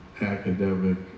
academic